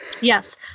Yes